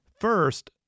First